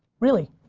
really,